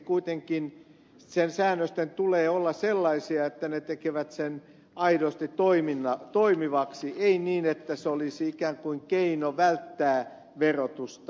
kuitenkin sen säännösten tulee olla sellaisia että ne tekevät sen aidosti toimivaksi ei niin että se olisi ikään kuin keino välttää verotusta